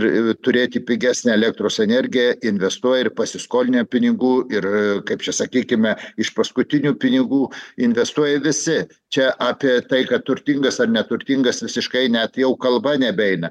ir turėti pigesnę elektros energiją investuoja ir pasiskolinę pinigų ir kaip čia sakykime iš paskutinių pinigų investuoja visi čia apie tai kad turtingas ar neturtingas visiškai net jau kalba nebeina